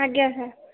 ଆଜ୍ଞା ସାର୍